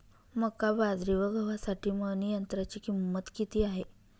मका, बाजरी व गव्हासाठी मळणी यंत्राची किंमत किती आहे?